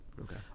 Okay